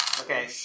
Okay